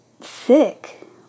sick